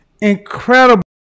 incredible